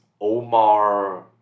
Omar